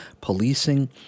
policing